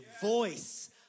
voice